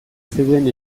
zeuden